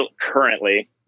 currently